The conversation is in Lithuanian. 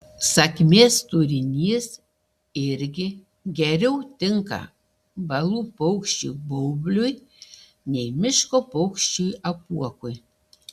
sakmės turinys irgi geriau tinka balų paukščiui baubliui nei miško paukščiui apuokui